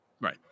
Right